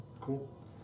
Cool